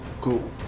cool